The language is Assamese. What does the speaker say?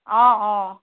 অঁ অঁ